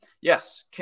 Yes